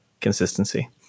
consistency